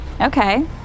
okay